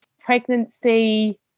pregnancy